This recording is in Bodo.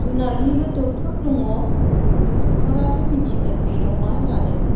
जुनादनिबो डक्टर दङ डक्टरासो मिन्थगोन बेनाव मा जादों